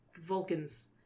Vulcans